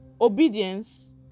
obedience